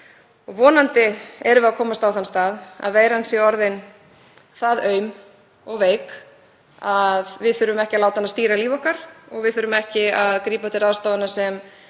Vonandi erum við að komast á þann stað að veiran sé orðin það aum og veik að við þurfum ekki að láta hana stýra lífi okkar og við þurfum ekki að grípa til ráðstafana sem